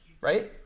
right